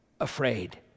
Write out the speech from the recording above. afraid